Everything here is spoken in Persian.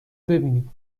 ببینید